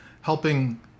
helping